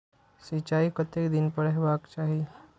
सिंचाई कतेक दिन पर हेबाक चाही?